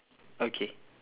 okay